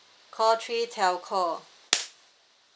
call three telco